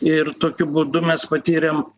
ir tokiu būdu mes patyrėm